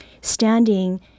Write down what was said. standing